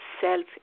self